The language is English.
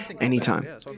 anytime